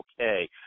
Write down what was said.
okay